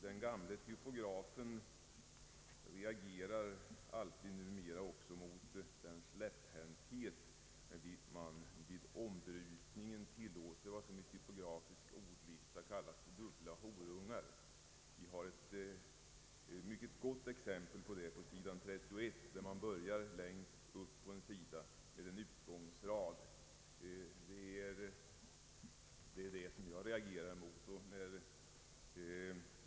Den andra saken är att den gamle typografen alltid reagerar mot den släpphänthet med vilken man vid ombrytningen tillåter vad som i typografisk ordlista kallas ”dubbla horungar”. Vi har ett mycket gott exempel på detta på sidan 31 där man börjar längst uppe på sidan med en utgångsrad. Jag reagerar mot detta.